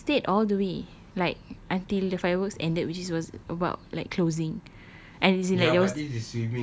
ya but we stayed all the way like until the fireworks ended which was about like closing and it's like yours